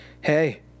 Hey